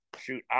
shoot